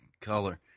color